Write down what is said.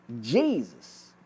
Jesus